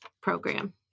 program